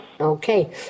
Okay